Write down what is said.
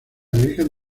virgen